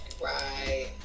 Right